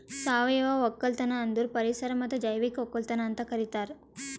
ಸಾವಯವ ಒಕ್ಕಲತನ ಅಂದುರ್ ಪರಿಸರ ಮತ್ತ್ ಜೈವಿಕ ಒಕ್ಕಲತನ ಅಂತ್ ಕರಿತಾರ್